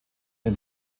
den